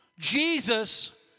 Jesus